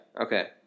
Okay